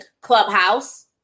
clubhouse